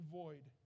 void